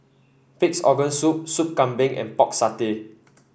Pig's Organ Soup Sup Kambing and Pork Satay